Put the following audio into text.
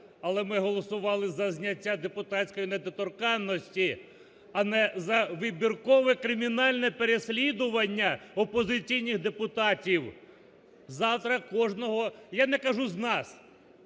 Але ми голосували зняття депутатської недоторканності, а не за вибіркове кримінальне переслідування опозиційних депутатів. Завтра кожного... я не кажу, з нас,